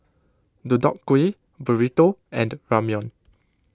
Deodeok Gui Burrito and Ramyeon